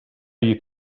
you